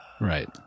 Right